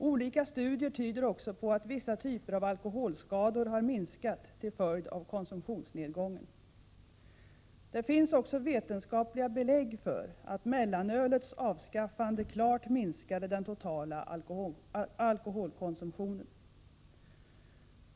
Olika studier tyder också på att vissa typer av alkoholskador har minskat till följd av konsumtionsnedgången. Det finns också vetenskapliga belägg för att mellanölets avskaffande klart minskade den totala alkoholkonsumtionen.